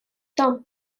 том